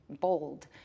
bold